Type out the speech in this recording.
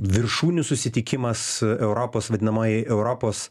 viršūnių susitikimas europos vadinamoji europos